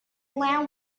land